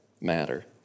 matter